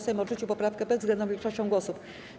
Sejm odrzucił poprawkę bezwzględną większością głosów.